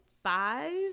Five